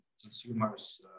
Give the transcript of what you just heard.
consumers